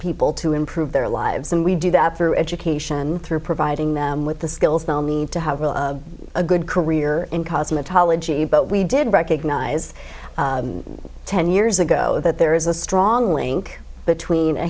people to improve their lives and we do that through education through providing them with the skills they'll need to have a good career in cosmetology but we did recognize ten years ago that there is a strong link between a